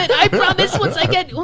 and i promise once i get.